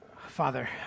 Father